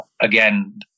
again